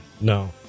No